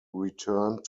returned